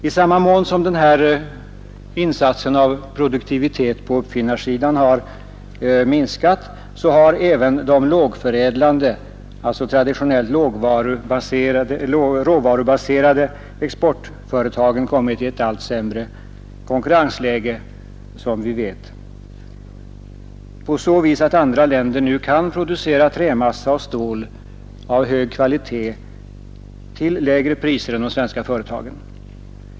I samma mån som de produktiva insatserna på uppfinnarsidan har minskat har även de lågförädlande, traditionellt råvarubaserade exportföretagen kommit i ett allt sämre konkurrensläge. Andra länder kan producera trämassa och stål av hög kvalitet till lägre priser än de svenska företagen.